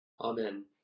Amen